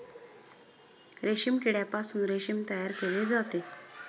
रेशीम किड्यापासून रेशीम तयार केले जाते